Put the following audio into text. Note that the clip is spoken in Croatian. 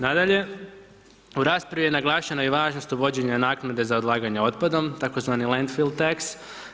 Nadalje, u raspravi je naglašena i važnost uvođenja naknade za odlaganje otpadom tzv. lendfildteks.